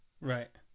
Right